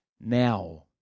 now